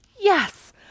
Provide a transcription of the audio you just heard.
Yes